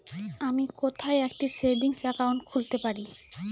আমি কোথায় একটি সেভিংস অ্যাকাউন্ট খুলতে পারি?